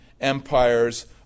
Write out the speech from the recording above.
empires